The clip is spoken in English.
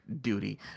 Duty